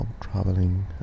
traveling